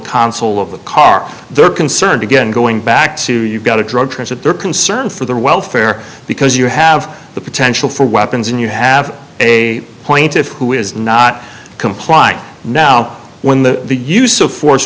console of the car they're concerned again going back to you've got a drug transit they're concerned for their welfare because you have the potential for weapons and you have a point if who is not complying now when the the use of